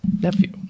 nephew